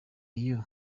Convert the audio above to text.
you